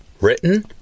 Written